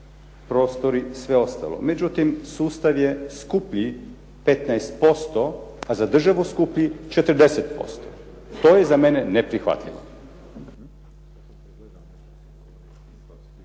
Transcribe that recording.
prostori, sve ostalo. Međutim, sustav je skuplji 15% a za državu skuplji 40%. To je za mene neprihvatljivo.